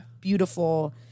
beautiful